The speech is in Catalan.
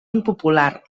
impopular